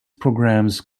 programs